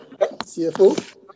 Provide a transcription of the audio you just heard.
CFO